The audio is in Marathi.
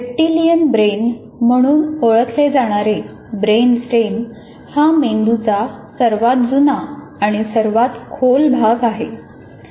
रेप्टिलियन ब्रेन म्हणून ओळखले जाणारे ब्रेनस्टेम हा मेंदूचा सर्वात जुना आणि सर्वात खोल भाग आहे